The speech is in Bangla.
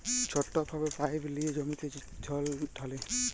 ছট ভাবে পাইপ লিঁয়ে জমিতে যে জল ঢালে